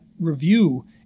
review